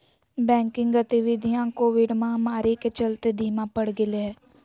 banking गतिवीधियां Covid महामारी के चलते धीमा पड़ गेले हें